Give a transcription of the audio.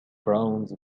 bronze